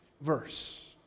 verse